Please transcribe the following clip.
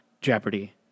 Jeopardy